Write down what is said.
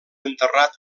enterrat